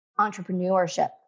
entrepreneurship